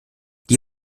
die